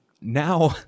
now